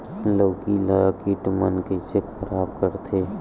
लौकी ला कीट मन कइसे खराब करथे?